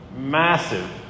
massive